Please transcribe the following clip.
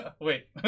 Wait